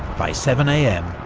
by seven am,